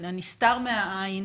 הנסתר מהעין,